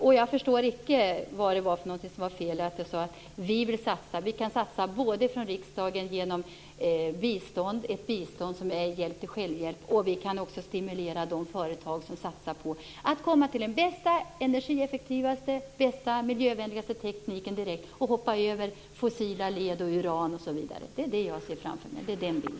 Jag förstår icke vad det var för fel när jag sade: Vi vill satsa. Vi kan satsa från riksdagen genom bistånd som är hjälp till självhjälp och vi kan också stimulera de företag som satsar på att komma fram till den bästa, energieffektivaste och miljövänligaste tekniken direkt och hoppa över fossila led, uran osv. Det är den bilden jag ser framför mig.